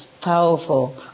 powerful